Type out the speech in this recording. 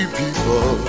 people